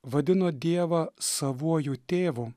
vadino dievą savuoju tėvu